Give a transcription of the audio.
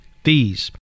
Fees